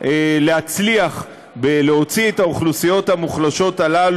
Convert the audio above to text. להצליח להוציא את האוכלוסיות המוחלשות האלה